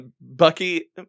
Bucky